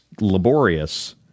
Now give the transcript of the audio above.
laborious